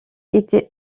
été